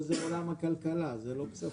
פה זה עולם הכלכלה, זה לא כספים.